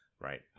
right